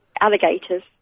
alligators